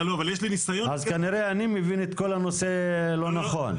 אז כנראה אני מבין את כל הנושא שלא נכון.